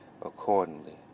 accordingly